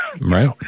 Right